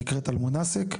שנקראת "אלמונסק",